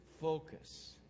focus